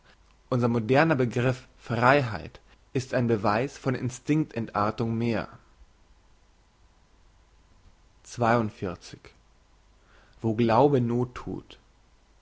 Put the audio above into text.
unser moderner begriff freiheit ist ein beweis von instinkt entartung mehr wo glaube noth thut